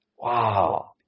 wow